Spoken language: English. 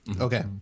Okay